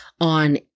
on